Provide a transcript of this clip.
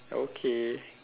okay